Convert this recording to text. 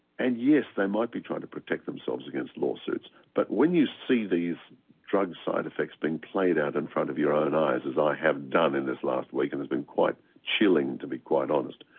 and yes, they might be trying to protect themselves against law suits, but when you see these drug side-effects being played out in front of your own eyes as i have done in this last week, and it's been quite chilling to be quite honest.